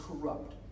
corrupt